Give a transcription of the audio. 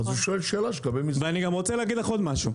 אז הוא שואל שאלה לגבי מיזוגים --- ואני גם רוצה להגיד לך עוד משהו.